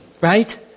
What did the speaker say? right